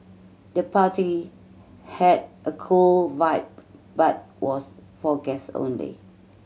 the party had a cool vibe but was for guest only